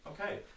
Okay